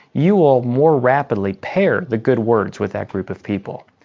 you will more rapidly pair the good words with that group of people.